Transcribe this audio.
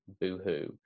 Boohoo